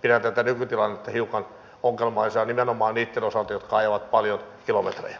pidän tätä nykytilannetta hiukan ongelmallisena nimenomaan niitten osalta jotka ajavat paljon kilometrejä